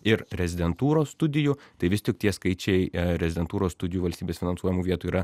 ir rezidentūros studijų tai vis tik tie skaičiai rezidentūros studijų valstybės finansuojamų vietų yra